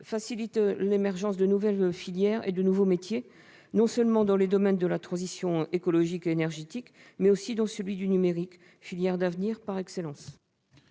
facilitent l'émergence de nouvelles filières et de nouveaux métiers non seulement dans les domaines de la transition écologique et énergétique, mais aussi dans celui du numérique, filière d'avenir par excellence.